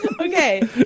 Okay